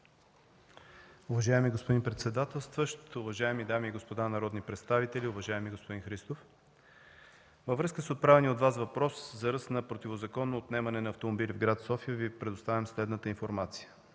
Уважаеми господин председателстващ, уважаеми дами и господа народни представители, уважаеми господин Христов! Във връзка с отправения от Вас въпрос за ръст на противозаконно отнемане на автомобили в гр. София Ви предоставям следната информация.